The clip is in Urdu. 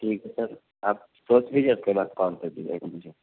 ٹھیک ہے سر آپ سوچ لیجیے اس کے بعد کال کر دیجیے گا مجھے